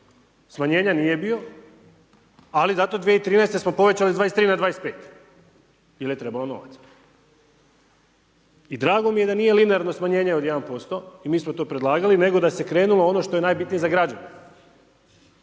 smanjenja nije bio, ali zato 2013. smo povećali sa 23 na 25 jer je trebalo novac. I drago mi je da nije linearno smanjenje od 1% i mi smo to predlagali, nego da se krenulo ono što je najbitnije za građane,